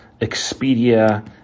Expedia